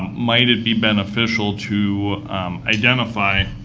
might it be beneficial to identify